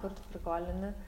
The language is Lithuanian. kur tu prikolini